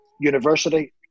university